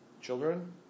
Children